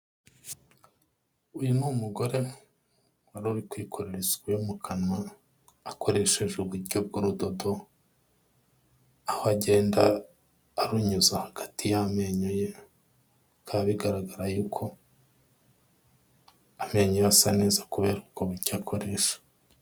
Uyu ni umugore wari uri kwikorera isuku yo mu kanwa, akoresheje uburyo bw'urudodo, aho agenda arunyuza hagati y'amenyo ye, bikaba bigaragara y'uko amenyo ye asa neza, kubera ubwo buryo akoresha.